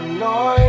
noise